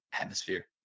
atmosphere